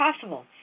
possible